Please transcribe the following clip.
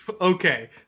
Okay